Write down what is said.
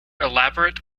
elaborate